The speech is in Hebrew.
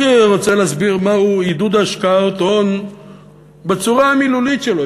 אני רוצה להסביר מהו עידוד השקעות הון בצורה המילולית שלו.